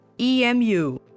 EMU